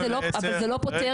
זה מאוד מהותי.